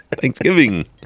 Thanksgiving